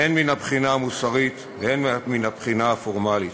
הן מן הבחינה המוסרית הן מן הבחינה הפורמלית: